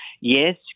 yes